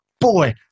boy